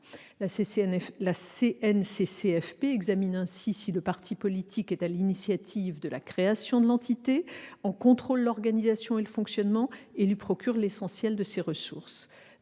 la CNCCFP examine si le parti politique est à l'initiative de la création de l'entité, en contrôle l'organisation et le fonctionnement, et lui procure l'essentiel de ses ressources.